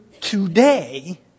today